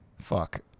Fuck